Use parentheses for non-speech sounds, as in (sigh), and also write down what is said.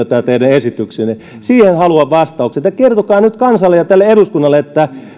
(unintelligible) tämä teidän esityksenne parantaa työllisyyttä siihen haluan vastauksen kertokaa nyt kansalle ja tälle eduskunnalle